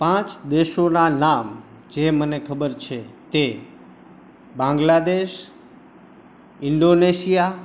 પાંચ દેશોનાં નામ જે મને ખબર છે તે બાંગ્લાદેશ ઇન્ડોનેશિયા